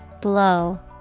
Blow